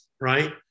right